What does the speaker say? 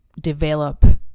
develop